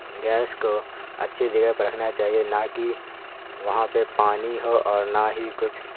gas کو اچھی جگہ پر رکھنا چاہیے نہ کہ وہاں پہ پانی ہو اور نہ ہی کچھ